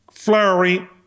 Flurry